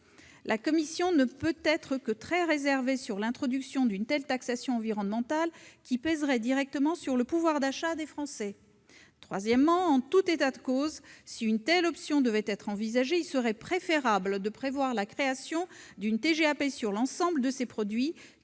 La commission ne peut être que très réservée sur l'introduction d'une telle taxation environnementale, qui pèserait directement sur le pouvoir d'achat des Français. Troisièmement, en tout état de cause, si une telle option devait être envisagée, il serait préférable de prévoir la création d'une TGAP sur l'ensemble de ces produits